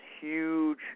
huge